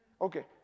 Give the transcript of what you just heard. Okay